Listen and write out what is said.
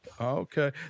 Okay